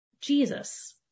Jesus